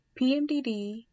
PMDD